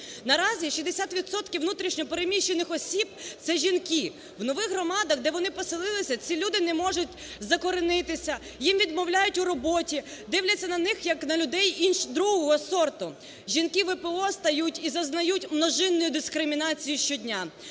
Наразі 60 відсотків внутрішньо переміщених осіб – це жінки. В нових громадах, де вони поселися, ці люди не можуть закоренитися, їм відмовляють у роботі, дивляться на них як на людей другого сорту. Жінки ВПО стають і зазнають множинної дискримінації щодня.